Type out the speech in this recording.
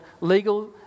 legal